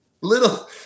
Little